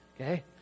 Okay